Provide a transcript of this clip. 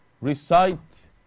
recite